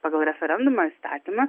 pagal referendumo įstatymą